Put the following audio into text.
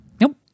Nope